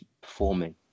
performing